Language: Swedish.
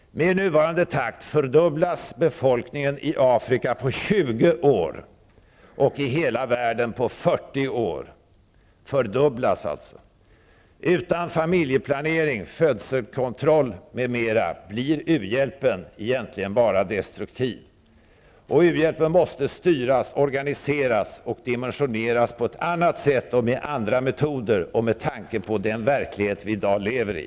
Med nuvarande takt fördubblas befolkningen i Afrika på 20 år och i hela världen på 40 år. Utan familjeplanering, födelsekontroll m.m. blir u-hjälpen egentligen enbart destruktiv. U-hjälpen måste styras, organiseras och dimensioneras på ett annat sätt, med andra metoder och med tanke på den verklighet som vi i dag lever i.